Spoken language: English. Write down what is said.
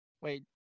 Wait